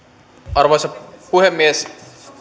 arvoisa puhemies